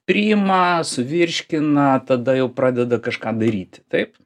priima suvirškina tada jau pradeda kažką daryti taip